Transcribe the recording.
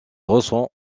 ressent